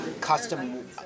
custom